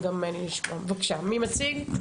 מי מציג?